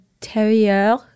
Terrier